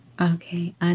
Okay